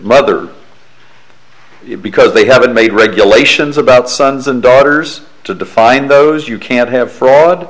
mother because they haven't made regulations about sons and daughters to define those you can't have